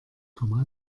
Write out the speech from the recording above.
komma